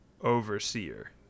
Overseer